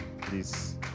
please